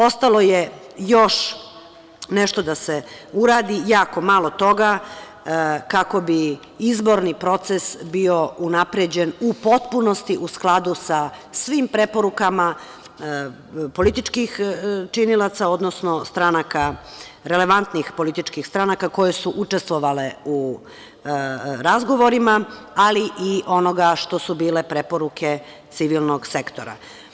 Ostalo je još nešto da se uradi, jako malo toga, kako bi izborni proces bio unapređen u potpunosti u skladu sa svim preporukama političkih činilaca, odnosno relevantnih političkih stranaka koje su učestvovale u razgovorima, ali i onoga što su bile preporuke civilnog sektora.